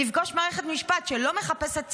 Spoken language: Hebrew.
נפגוש מערכת משפט שלא מחפשת צדק,